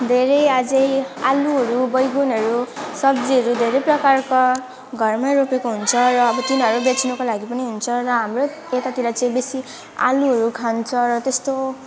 धेरै अझै आलुहरू बैगुनहरू सब्जीहरू धेरै प्रकारको घरमै रोपेको हुन्छ र अब तिनीहरू बेच्नको लागि पनि हुन्छ र हाम्रै यतातिर चाहिँ बेसी आलुहरू खान्छ र त्यस्तो